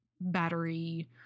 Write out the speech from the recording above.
battery